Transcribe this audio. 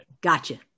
Gotcha